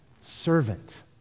servant